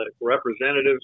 representatives